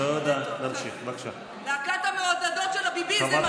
תגיד את זה ליחידות המובחרות, תגן עליהם.